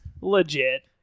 legit